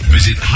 Visit